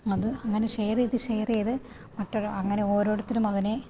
അത് അങ്ങനെ ഷെയര് ചെയ്തത് ഷെയര് ചെയ്ത് മറ്റൊരു അങ്ങനെ ഓരോരുത്തരും അതിനെ